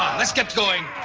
let's get going.